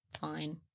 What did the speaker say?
Fine